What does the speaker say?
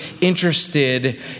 interested